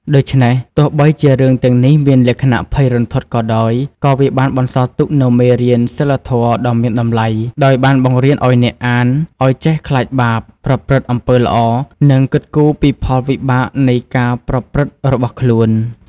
ដូច្នេះ ទោះបីជារឿងទាំងនេះមានលក្ខណៈភ័យរន្ធត់ក៏ដោយ ក៏វាបានបន្សល់ទុកនូវមេរៀនសីលធម៌ដ៏មានតម្លៃ ដោយបានបង្រៀនអ្នកអានឲ្យចេះខ្លាចបាប ប្រព្រឹត្តអំពើល្អ និងគិតគូរពីផលវិបាកនៃការប្រព្រឹត្តរបស់ខ្លួន។